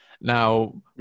Now